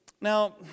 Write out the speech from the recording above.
Now